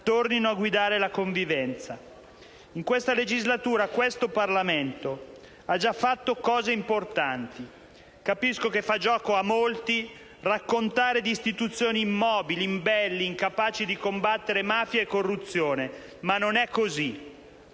tornino a guidare la convivenza. In questa legislatura questo Parlamento ha già fatto cose importanti. Capisco che fa gioco a molti raccontare di istituzioni immobili, imbelli, incapaci di combattere mafia e corruzione, ma non è così.